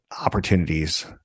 opportunities